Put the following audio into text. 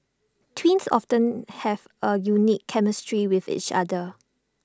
twins often have A unique chemistry with each other